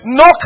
no